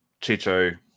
Chicho